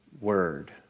word